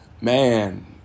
Man